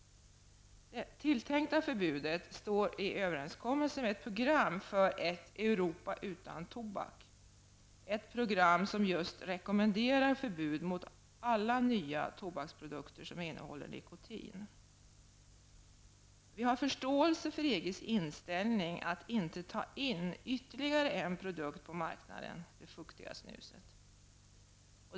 Det tilltänkta förbudet står i överensstämmelse med ett program för ett ''Europa utan tobak'', ett program som just rekommenderar förbud mot alla nya tobaksprodukter som innehåller nikotin. Vi har föreståelse för EGs inställning att inte ta in ytterligare en produkt på marknaden, det fuktiga snuset.